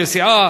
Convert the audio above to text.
כסיעה